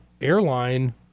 airline